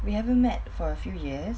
we haven't met for a few years